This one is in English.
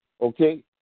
okay